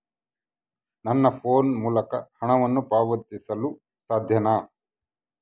ನನ್ನ ಫೋನ್ ಮೂಲಕ ಹಣವನ್ನು ಪಾವತಿಸಲು ಸಾಧ್ಯನಾ?